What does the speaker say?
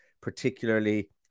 particularly